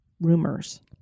rumors